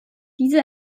diese